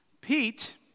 Pete